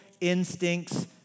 instincts